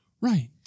Right